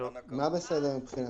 מה בסדר מבחינתי?